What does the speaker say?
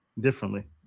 differently